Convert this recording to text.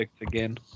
again